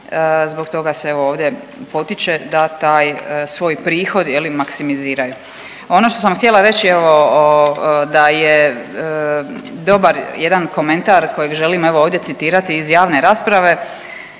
Zbog toga se evo ovdje potiče da taj svoj prihod maksimiziraju. Ono što sam htjela reći evo da je dobar jedan komentar kojeg želim evo ovdje citirati iz javne rasprave